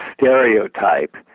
stereotype